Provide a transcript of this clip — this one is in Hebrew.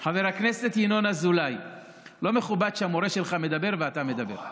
לא מכובד שהמורה שלך מדבר ואתה מדבר.